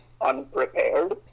unprepared